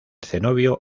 cenobio